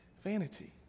vanity